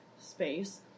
space